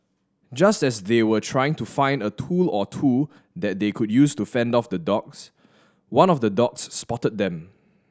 just as they were trying to find a tool or two that they could use to fend off the dogs one of the dogs spotted them